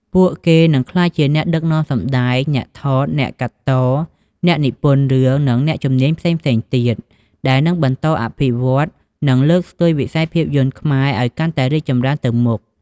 ពួកគេនឹងក្លាយជាអ្នកដឹកនាំសម្តែង អ្នកថត អ្នកកាត់ត អ្នកនិពន្ធរឿង និងអ្នកជំនាញផ្សេងៗទៀត ដែលនឹងបន្តអភិវឌ្ឍន៍ និងលើកស្ទួយវិស័យភាពយន្តខ្មែរឱ្យកាន់តែរីកចម្រើនទៅមុខ។